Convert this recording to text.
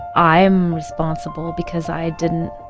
i am responsible because i didn't